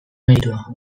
meritua